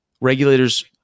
regulators